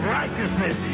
righteousness